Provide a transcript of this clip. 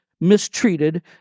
mistreated